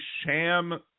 sham